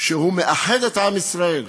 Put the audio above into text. שמאחדים את עם ישראל,